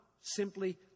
simply